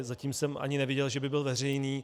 Zatím jsem ani neviděl, že by byl veřejný.